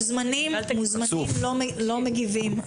מוזמנים לא מגיבים.